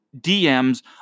DMs